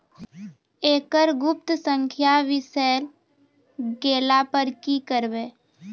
एकरऽ गुप्त संख्या बिसैर गेला पर की करवै?